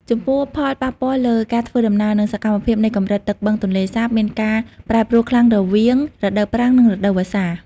ចំពោះ ផលប៉ះពាល់លើការធ្វើដំណើរ និងសកម្មភាពនៃកម្រិតទឹកបឹងទន្លេសាបមានការប្រែប្រួលខ្លាំងរវាងរដូវប្រាំងនិងរដូវវស្សា។